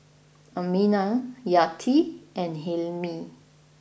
Aminah Yati and Hilmi